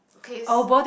case